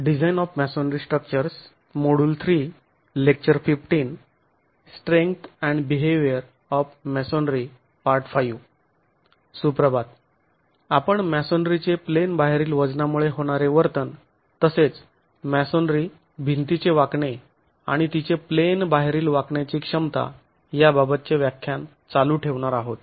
सुप्रभात आपण मॅसोनरीचे प्लेन बाहेरील वजनामुळे होणारे वर्तन तसेच मॅसोनरी भिंतीचे वाकणे आणि तिचे प्लेन बाहेरील वाकण्याची क्षमता याबाबतचे व्याख्यान चालू ठेवणार आहोत